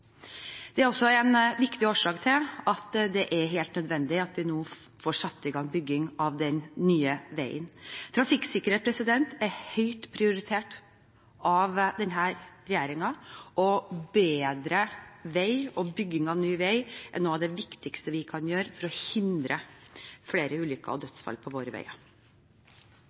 Det er også en viktig årsak til at det er helt nødvendig at vi nå får satt i gang bygging av den nye veien. Trafikksikkerhet er høyt prioritert av denne regjeringen, og bedre veier og bygging av nye veier er noe av det viktigste vi kan gjøre for å hindre flere ulykker og